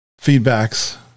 feedbacks